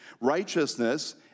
Righteousness